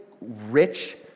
rich